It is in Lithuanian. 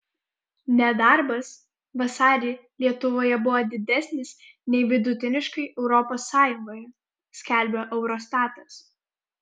nedarbas vasarį lietuvoje buvo didesnis nei vidutiniškai europos sąjungoje skelbia eurostatas